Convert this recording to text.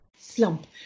slump